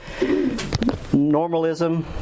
normalism